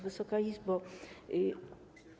Wysoka Izbo!